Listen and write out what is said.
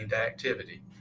activity